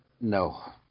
No